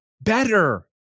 better